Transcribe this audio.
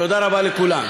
תודה רבה לכולם.